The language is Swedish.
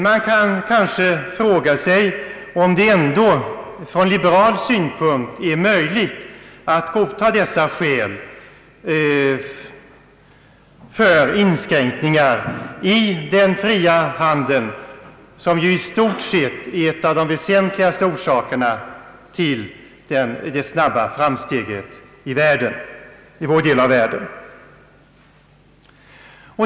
Man kan måhända fråga sig om det ändå från liberal synpunkt är möjligt att godta de skäl som anförts för inskränkningar i den fria handeln, som ju i stort sett är en av de väsentligaste orsakerna till de snabba framstegen i vår del av världen.